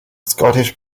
scottish